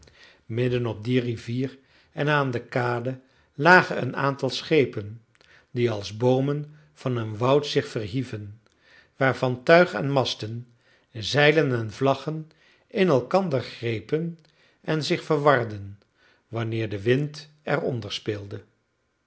middenop die rivier en aan de kade lagen een aantal schepen die als boomen van een woud zich verhieven waarvan tuig en masten zeilen en vlaggen in elkander grepen en zich verwarden wanneer de wind er onder speelde